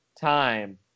time